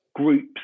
groups